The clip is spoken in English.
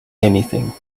anything